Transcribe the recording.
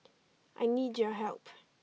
I need your help